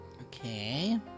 Okay